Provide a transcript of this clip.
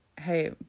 hey